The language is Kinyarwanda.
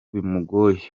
bimugoye